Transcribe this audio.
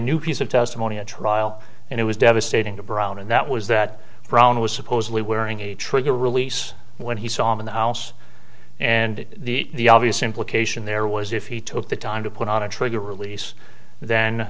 new piece of testimony at trial and it was devastating to brown and that was that brown was supposedly wearing a trigger release when he saw him in the house and the obvious implication there was if he took the time to put on a trigger release th